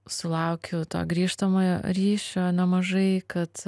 sulaukiu to grįžtamojo ryšio nemažai kad